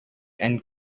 and